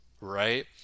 right